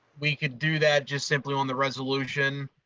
we cold do that just simply on the resolution.